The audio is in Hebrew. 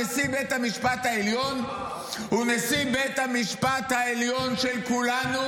נשיא בית המשפט העליון הוא נשיא בית המשפט העליון של כולנו.